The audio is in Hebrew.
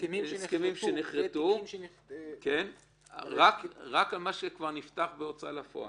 הסכמים שנכרתו --- רק על מה שכבר נפתח בהוצאה לפועל.